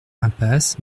impasse